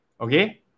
okay